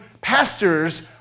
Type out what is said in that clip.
pastors